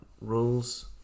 rules